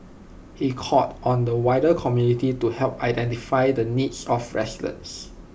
he called on the wider community to help identify the needs of residents